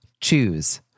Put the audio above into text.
Choose